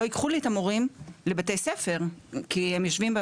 באים אלינו לבית ספר כיתת קשישים,